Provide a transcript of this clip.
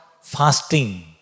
fasting